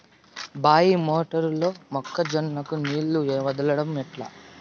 బాయి మోటారు లో మొక్క జొన్నకు నీళ్లు వదలడం ఎట్లా?